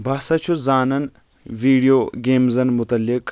بہٕ ہسا چھُس زانان ویٖڈو گیٚمزَن مُتعلق